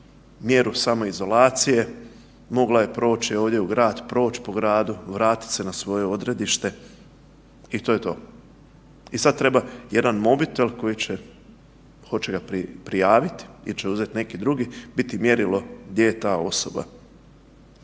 mjeru samoizolacije, mogla je proći ovdje u grad, proći po gradu, vratit se na svoje odredište i to je to. I sad treba jedan mobitel koji će, ko će ga prijavit il će uzet neki drugi, biti mjerilo gdje je ta osoba.